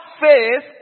faith